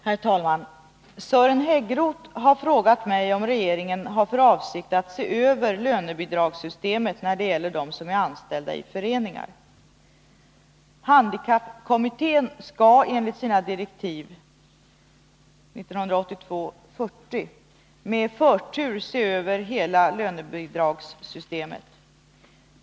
Herr talman! Sören Häggroth har frågat mig om regeringen har för avsikt att se över lönebidragssystemet, när det gäller dem som är anställda i föreningar. Handikappkommittén skall enligt sina direktiv med förtur se över hela lönebidragssystemet.